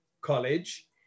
College